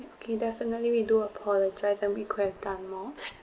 okay definitely we do apologise and we could have done more